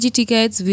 tickets